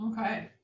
Okay